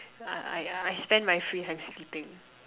I I I spend my free time sleeping